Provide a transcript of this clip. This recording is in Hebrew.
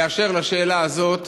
באשר לשאלה הזאת,